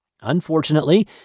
Unfortunately